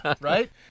right